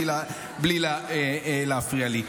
בלי להפריע לי.